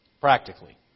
practically